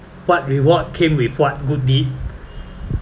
what reward came with what good deed